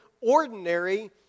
ordinary